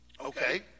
Okay